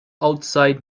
outside